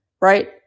right